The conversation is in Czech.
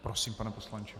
Prosím, pane poslanče.